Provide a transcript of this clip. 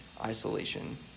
isolation